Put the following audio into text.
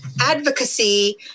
advocacy